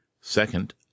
Second